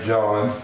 John